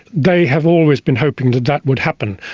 they have always been hoping that that would happen,